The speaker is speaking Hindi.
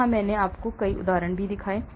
जहां मैंने आपको कई उदाहरण दिखाए